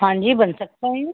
हाँ जी बन सकता है